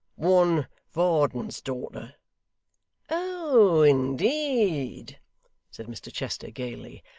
one varden's daughter oh indeed said mr chester gaily.